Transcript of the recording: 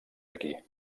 aquí